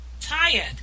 tired